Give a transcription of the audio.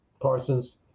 Parsons